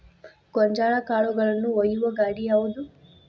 ಗೋಂಜಾಳ ಕಾಳುಗಳನ್ನು ಒಯ್ಯುವ ಗಾಡಿ ಯಾವದು?